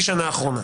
שחצי השנה האחרונה.